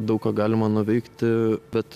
daug ką galima nuveikti bet